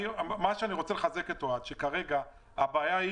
אני רוצה לחזק את אוהד שכרגע הבעיה היא